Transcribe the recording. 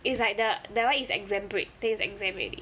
is like the that one is exam break then is exam already